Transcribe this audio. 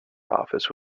office